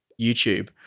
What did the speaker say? YouTube